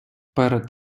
перед